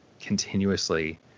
continuously